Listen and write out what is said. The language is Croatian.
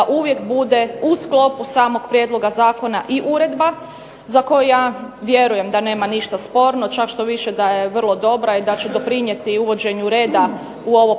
uvijek bude u sklopu samog prijedloga zakona i uredba za koju ja vjerujem da nema ništa sporno čak štoviše da je vrlo dobra i da će doprinijeti uvođenju reda u ovo